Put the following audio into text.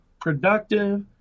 productive